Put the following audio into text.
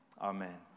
amen